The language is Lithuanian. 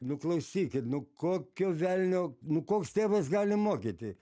nu klausykit nu kokio velnio nu koks tėvas gali mokyti